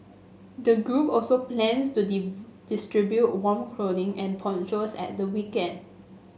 the group also plans to distribute warm clothing and ponchos at the weekend